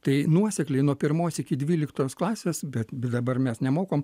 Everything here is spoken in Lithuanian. tai nuosekliai nuo pirmos iki dvyliktos klasės bet bet dabar mes nemokom